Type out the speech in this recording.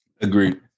Agreed